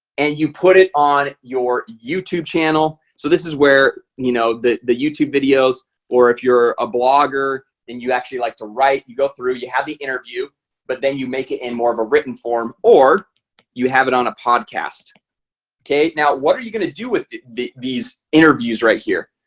and you put it on your youtube channel so this is where you know the the youtube videos or if you're a blogger then you actually like to write you go through you have the interview but then you make it in more of a written form or you have it on a podcast okay. now what are you gonna do with these interviews right here?